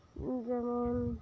ᱡᱮᱢᱚᱱ